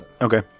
Okay